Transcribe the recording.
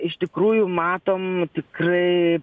iš tikrųjų matom tikrai